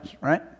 right